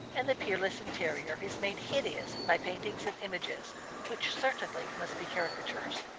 and the pewless interior is made hideous by paintings and images which certainly must be caricatures.